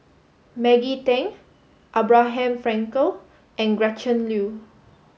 Maggie Teng Abraham Frankel and Gretchen Liu